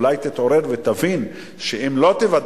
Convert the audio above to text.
אולי היא תתעורר ותבין שאם היא לא תוודא